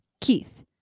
Keith